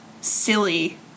silly